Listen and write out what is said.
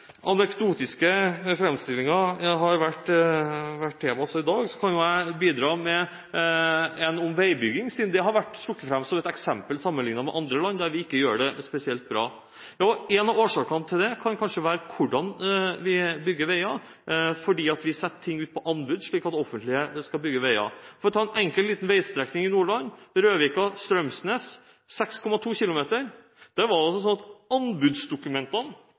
anekdotiske framstillinger har vært tema også i dag, kan jeg bidra med en om veibygging, fordi det har vært trukket fram som et eksempel der vi ikke gjør det spesielt bra sammenlignet med andre land. En av årsakene til det kan kanskje være hvordan vi bygger veier, at vi setter ting ut på anbud slik at det offentlige skal bygge veier. For å ta en enkel liten veistrekning i Nordland, Røvika–Strømsnes, 6,2 km: Anbudsdokumentene fra Statens vegvesen veide 9,7 kg – det